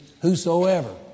whosoever